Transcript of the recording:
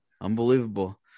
Unbelievable